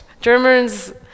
Germans